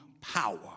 power